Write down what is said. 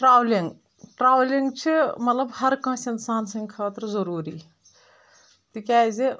trolling trolling چھِ مطلب ہر کٲنٛسہِہ انسان سند خٲطر ضروری تِکیازِ